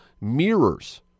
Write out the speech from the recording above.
mirrors